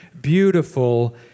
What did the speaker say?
beautiful